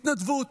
התנדבות.